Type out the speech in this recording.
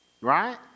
right